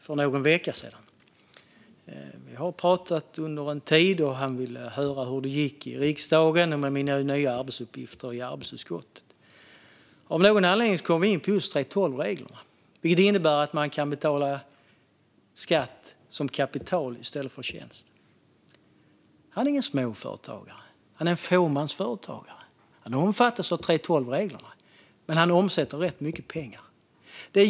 Vi har haft kontakt under en tid, och han ville höra hur det gick i riksdagen med mina nya arbetsuppgifter i skatteutskottet. Av någon anledning kom vi in på just 3:12-reglerna, som innebär att man kan betala skatt för inkomst av kapital i stället för inkomst av tjänst. Han är ingen småföretagare utan en fåmansföretagare. Han omfattas av 3:12-reglerna, men han omsätter rätt mycket pengar.